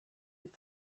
with